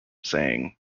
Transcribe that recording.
saying